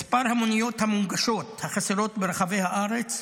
מספר המוניות המוגשות החסרות ברחבי הארץ,